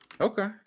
Okay